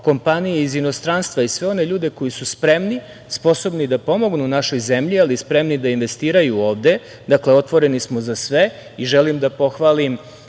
kompanije iz inostranstva i sve one ljude koji su spremni, sposobni da pomognu našoj zemlji, ali spremni da investiraju ovde. Dakle, otvoreni smo za sve i želim da pohvalim